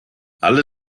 alle